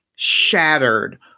shattered